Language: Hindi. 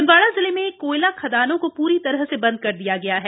छिंदवाड़ा जिले में कोयला खदानों को प्री तरह से बंद कर दिया गया है